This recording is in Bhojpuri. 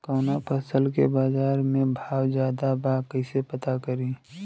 कवना फसल के बाजार में भाव ज्यादा बा कैसे पता करि?